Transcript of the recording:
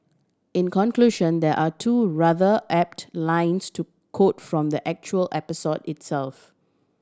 in conclusion there are two rather apt lines to quote from the actual episode itself